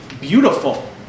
beautiful